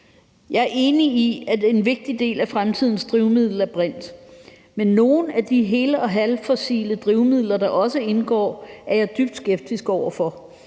Jeg er enig i, at en vigtig del af fremtidens drivmiddel er brint, men nogle af de hel- og halvfossile drivmidler, der også indgår, er jeg dybt skeptisk over for.